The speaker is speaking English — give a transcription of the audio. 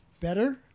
better